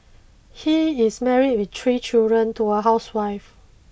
he is married with three children to a housewife